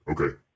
Okay